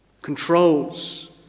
controls